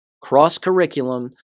Cross-curriculum